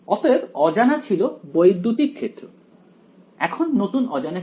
অতএব অজানা ছিল বৈদ্যুতিক ক্ষেত্র এখন নতুন অজানা কি